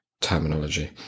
terminology